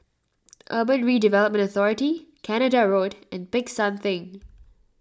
Urban Redevelopment Authority Canada Road and Peck San theng